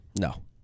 No